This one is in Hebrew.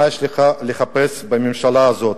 מה יש לך לחפש בממשלה הזאת?